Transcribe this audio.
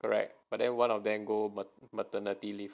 correct but then one of them go maternity leave